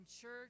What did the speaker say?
church